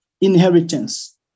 inheritance